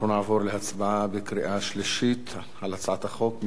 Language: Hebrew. אנחנו נעבור להצבעה בקריאה שלישית על הצעת החוק.